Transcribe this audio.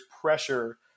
pressure